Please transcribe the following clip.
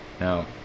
Now